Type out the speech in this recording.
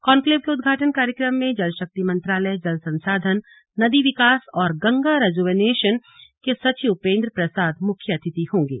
conclave के उद्घाटन कार्यक्रम में जलशक्ति मंत्रालय जल संसाधन नदी विकास और गंगा रेजुवनेशन के सचिव उपेंद्र प्रसाद मुख्य अतिथि होंगे